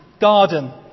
garden